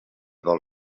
vol